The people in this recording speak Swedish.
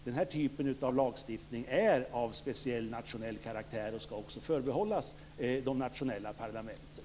Den här typen av lagstiftning är av speciell nationell karaktär och skall också förbehållas de nationella parlamenten.